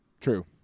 True